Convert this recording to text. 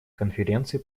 конференции